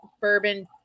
Bourbon